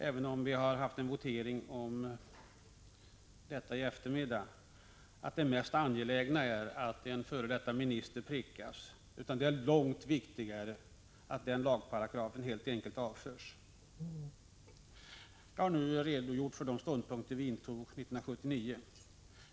Även om vi haft en votering om detta i eftermiddag tycker vi inte att det mest angelägna är att en före detta minister prickas — det är långt viktigare att den lagparagrafen helt enkelt avskaffas. Jag har nu redogjort för de ståndpunkter vi intog 1979.